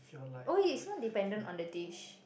oh it's dependent on the dish